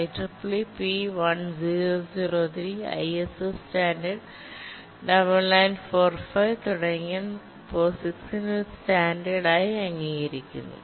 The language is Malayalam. IEEE P1003 ISO standard 9945 തുടങ്ങിയവ POSIX നെ ഒരു സ്റ്റാൻഡേർഡായി അംഗീകരിക്കുന്നു